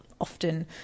often